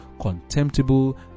contemptible